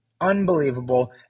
Unbelievable